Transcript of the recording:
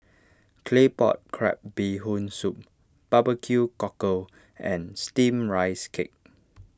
Claypot Crab Bee Hoon Soup Barbecue Cockle and Steamed Rice Cake